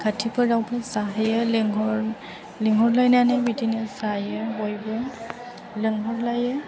खाथिफोरावबो जाहैयो लेंहर लेंहरलायनानै बिदिनो जायो बयबो लेंहरलायो